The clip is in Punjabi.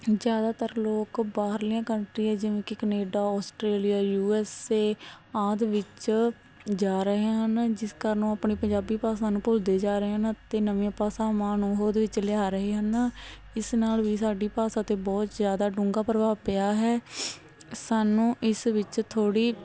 ਜ਼ਿਆਦਾਤਰ ਲੋਕ ਬਾਹਰਲੀਆਂ ਕੰਟਰੀਆਂ ਜਿਵੇਂ ਕਿ Canada Australia U S A ਆਦਿ ਵਿੱਚ ਜਾ ਰਹੇ ਹਨ ਜਿਸ ਕਾਰਨ ਉਹ ਆਪਣੀ ਪੰਜਾਬੀ ਭਾਸ਼ਾ ਨੂੰ ਭੁੱਲਦੇ ਜਾ ਰਹੇ ਹਨ ਅਤੇ ਨਵੀਆਂ ਭਾਸ਼ਾਵਾਂ ਨੂੰ ਹੋਂਦ ਵਿੱਚ ਲਿਆ ਰਹੇ ਹਨ ਇਸ ਨਾਲ ਵੀ ਸਾਡੀ ਭਾਸ਼ਾ 'ਤੇ ਬਹੁਤ ਜ਼ਿਆਦਾ ਡੂੰਘਾ ਪ੍ਰਭਾਵ ਪਿਆ ਹੈ ਸਾਨੂੰ ਇਸ ਵਿੱਚ ਥੋੜ੍ਹੀ